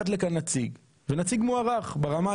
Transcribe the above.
הכנסת ארבל,